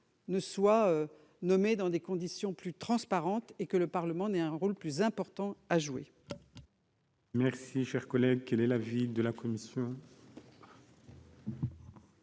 soit nommé dans des conditions plus transparentes et que le Parlement ait un rôle plus important à jouer